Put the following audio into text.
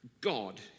God